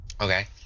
Okay